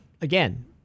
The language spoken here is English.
again